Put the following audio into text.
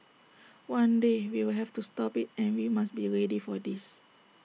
one day we will have to stop IT and we must be ready for this